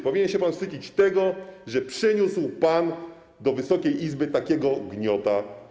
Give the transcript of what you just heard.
Powinien się pan wstydzić tego, że przyniósł pan do Wysokiej Izby takiego gniota.